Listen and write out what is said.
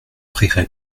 rirai